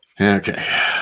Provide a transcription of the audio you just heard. Okay